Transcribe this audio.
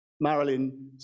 Marilyn